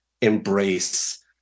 embrace